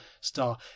star